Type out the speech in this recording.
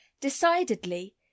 Decidedly